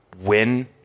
win